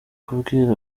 kubwira